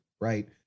right